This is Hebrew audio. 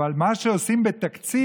אבל מה שעושים בתקציב?